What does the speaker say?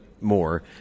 more